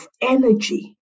energy